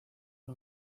que